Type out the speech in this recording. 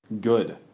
Good